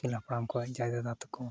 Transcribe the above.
ᱟᱹᱜᱤᱞ ᱦᱟᱯᱲᱟᱢ ᱠᱚᱣᱟᱜ ᱡᱟᱭᱫᱟᱫᱽ ᱛᱟᱠᱚ